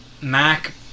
Mac